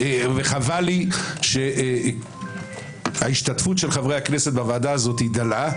וחבל לי שההשתתפות של חברי הכנסת בוועדה הזאת היא דלה,